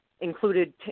included